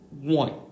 One